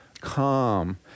calm